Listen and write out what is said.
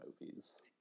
movies